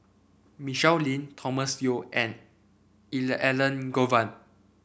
Michelle Lim Thomas Yeo and Elangovan